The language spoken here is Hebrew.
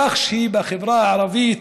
כך שבחברה הערבית